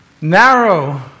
Narrow